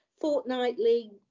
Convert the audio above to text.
fortnightly